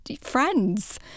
friends